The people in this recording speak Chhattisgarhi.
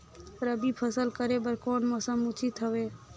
रबी फसल करे बर कोन मौसम उचित हवे?